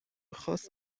خاص